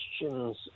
questions